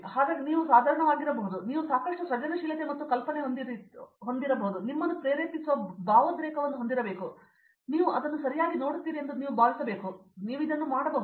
ಹಾಗಾಗಿ ನೀವು ಸಾಧಾರಣವಾಗಿರುವುದು ನೀವು ಸಾಕಷ್ಟು ಸೃಜನಶೀಲತೆ ಮತ್ತು ಕಲ್ಪನೆಯ ಮತ್ತು ನಿಮ್ಮನ್ನು ಪ್ರೇರೇಪಿಸುವ ಭಾವೋದ್ರೇಕವನ್ನು ಹೊಂದಿರಬೇಕು ನೀವು ಅದನ್ನು ಸರಿಯಾಗಿ ನೋಡುತ್ತೀರಿ ಎಂದು ನೀವು ಭಾವಿಸಬೇಕು ನೀವು ಇದನ್ನು ಮಾಡಬಹುದು